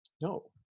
No